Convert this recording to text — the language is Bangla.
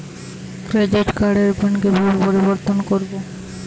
ক্রেডিট কার্ডের পিন কিভাবে পরিবর্তন করবো?